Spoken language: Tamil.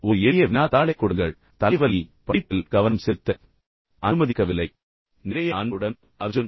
எனக்கு ஒரு எளிய வினாத்தாளைக் கொடுங்கள் ஏனெனில் தலைவலி படிப்பில் கவனம் செலுத்த அனுமதிக்கவில்லை நிறைய அன்புடன் அர்ஜுன்